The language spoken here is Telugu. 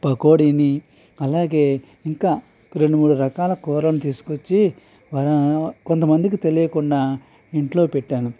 పకోడీని అలాగే ఇంకా రెండు మూడు కూరలను తీసుకొచ్చి వారు కొంతమందికి తెలియకుండా ఇంట్లో పెట్టాను